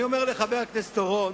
אני אומר לחבר הכנסת אורון,